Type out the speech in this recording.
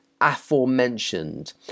Aforementioned